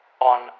on